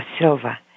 Silva